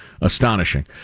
astonishing